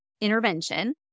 intervention